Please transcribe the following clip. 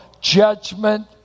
judgment